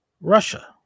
Russia